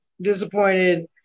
disappointed